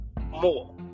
more